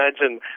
imagine